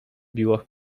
biło